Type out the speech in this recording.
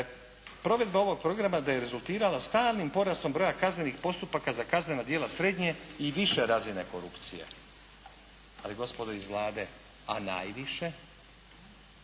provedba ovog programa, da je rezultirala stalnim porastom broja kaznenih postupaka za kaznena djela srednje i više razine korupcije. Ali gospodo iz Vlade, a najviše?